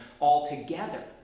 altogether